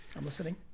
i'm listening.